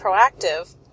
proactive